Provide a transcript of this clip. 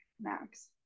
Max